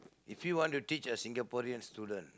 if you want to teach a Singaporean student